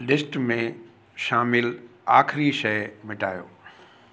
list में शामिलु आख़िरी शइ मिटायो